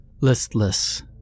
listless